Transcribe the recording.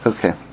Okay